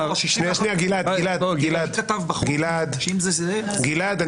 -- מי כתב בחוק שאם זה --- גלעד,